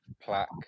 plaque